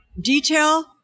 Detail